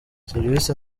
serivisi